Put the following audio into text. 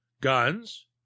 guns